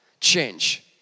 change